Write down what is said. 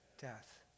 death